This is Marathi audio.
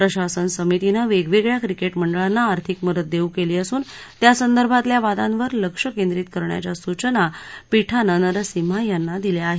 प्रशासन समितीनं वेगवेगळ्या क्रिके मंडळांना आर्थिक मदत देऊ केली असून त्यासंदर्भातल्या वादांवर लक्ष केंद्रीत करण्याच्या सूचना पीठानं नरसिम्हा यांना दिल्या आहेत